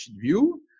view